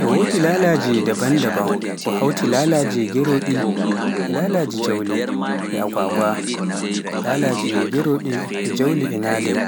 e wodi lalaaje daban-daban, ko hawti lalaaje Gerogal, ɗi jawle, e agwagwa, ɗi geroɗe e jawle nadai,